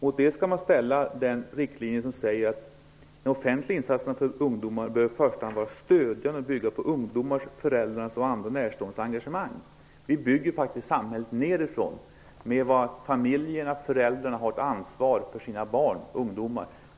Mot det skall man ställa de riktlinjer som säger att de offentliga insatserna för ungdomar i första hand bör vara stödjande och bygga på ungdomars, föräldrars och andra närståendes engagemang. Vi bygger faktiskt samhället nerifrån. Föräldrarna har ett ansvar för sina barn och ungdomar.